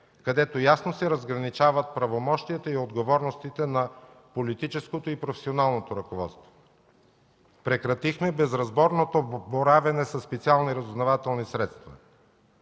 където ясно се разграничават правомощията и отговорностите на политическото и професионалното ръководство. Прекратихме безразборното боравене със специални разузнавателни средства.